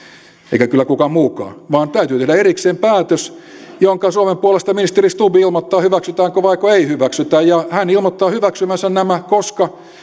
eikä kyllä kukaan muukaan vaan täytyy tehdä erikseen päätös suomen puolesta ministeri stubb ilmoittaa hyväksytäänkö vaiko ei hyväksytä ja hän ilmoittaa hyväksyvänsä nämä koska